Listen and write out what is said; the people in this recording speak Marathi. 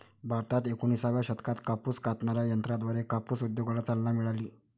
भारतात एकोणिसाव्या शतकात कापूस कातणाऱ्या यंत्राद्वारे कापूस उद्योगाला चालना मिळाली